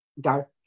dark